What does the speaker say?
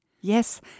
Yes